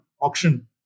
auction